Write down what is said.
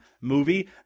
movie